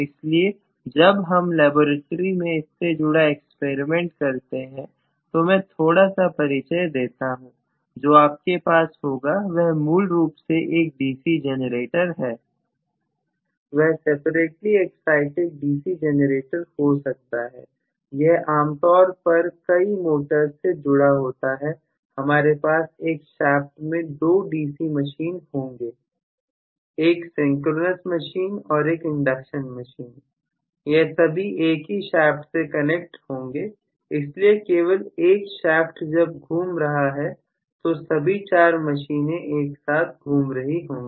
इसलिए जब हम लैबोरेट्री में इससे जुड़ा एक्सपेरिमेंट करेंगे तो मैं थोड़ा सा परिचय देता हूं जो आपके पास होगा वह मूल रूप से एक डीसी जनरेटर है वह सेपरेटली एक्साइटिड डीसी जेनरेटर हो सकता है यह आम तौर पर कई मोटर्स से जुड़ा होता है हमारे पास एक शाफ्ट में दो डीसी मशीन होंगी एक सिंक्रोनस मशीन और एक इंडक्शन मशीन यह सभी एक ही शाफ्ट से कनेक्ट होंगे इसलिए केवल एक शाफ्ट जब यह घूम रहा है तो सभी चार मशीनें एक साथ घूम रही होंगी